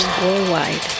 worldwide